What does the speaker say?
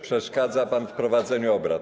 Przeszkadza pan w prowadzeniu obrad.